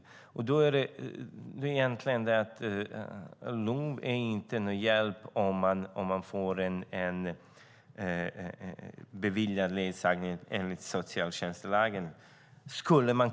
LOV är då inte någon hjälp om man får ledsagning beviljad enligt socialtjänstlagen.